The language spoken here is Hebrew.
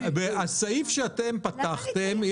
אבל הסעיף שבו פתחתם,